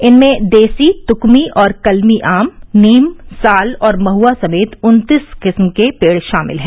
इनमें देसी तुकमी और कलमी आम नीम साल और महुआ समेत उन्तीस किस्म के पेड़ शामिल हैं